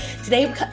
Today